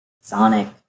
Sonic